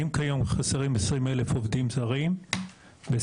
אם כיום חסרים 20 אלף עובדים זרים בסיעוד,